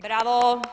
Bravo.